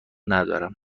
ندارم